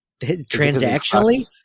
Transactionally